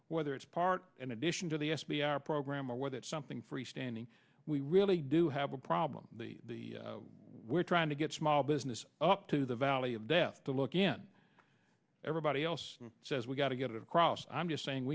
whether it's part in addition to the s b a our program or whether it's something freestanding we really do have a problem where trying to get small business up to the valley of death to look in everybody else says we've got to get across i'm just saying